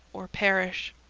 or perish.